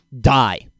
die